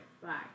bye